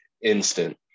instant